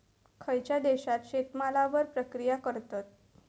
खयच्या देशात शेतमालावर प्रक्रिया करतत?